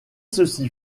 ceci